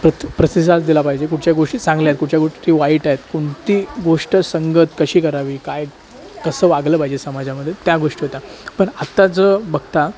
प्रत प्रतिसाद दिला पाहिजे कुठच्या गोष्टी चांगल्या आहेत कुठच्या गोष्टी वाईट आहेत कोणती गोष्ट संगत कशी करावी काय कसं वागलं पाहिजे समाजामध्ये त्या गोष्टी होत्या पण आत्ताचं बघता